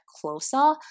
closer